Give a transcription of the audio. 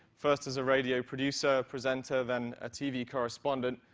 first as a radio producer, presenter, then a tv correspondent.